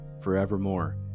forevermore